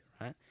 right